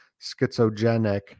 schizogenic